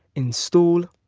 install.